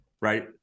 right